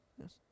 Yes